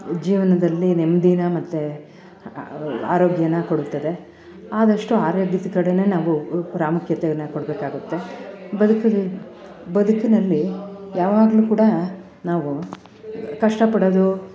ಜೀವನದಲ್ಲಿ ನೆಮ್ಮದಿನ ಮತ್ತು ಆರೋಗ್ಯನ ಕೊಡುತ್ತದೆ ಆದಷ್ಟು ಆರೋಗ್ಯದ ಕಡೆ ನಾವು ಪ್ರಾಮುಖ್ಯತೆಯನ್ನ ಕೊಡಬೇಕಾಗುತ್ತೆ ಬದುಕಿಗೆ ಬದುಕಿನಲ್ಲಿ ಯಾವಾಗಲು ಕೂಡ ನಾವು ಕಷ್ಟಪಡೋದು